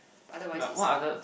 otherwise it's fun